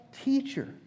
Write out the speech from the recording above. teacher